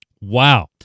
wow